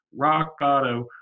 RockAuto